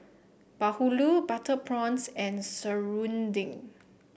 Bahulu Butter Prawns and Serunding